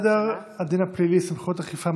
סדר הדין הפלילי (סמכויות אכיפה,